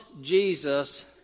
Jesus